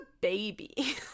baby